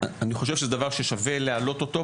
אני חושב שזה דבר ששווה להעלות אותו,